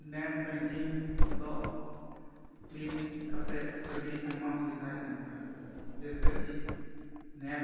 net banking ᱫᱚ ᱱᱤᱛ ᱠᱟᱛᱮᱫ ᱟᱹᱰᱤ ᱟᱭᱢᱟ ᱥᱩᱵᱤᱫᱷᱟᱭ ᱮᱢ ᱠᱟᱱᱟ ᱡᱮᱭᱥᱮ ᱠᱤ ᱱᱮᱴ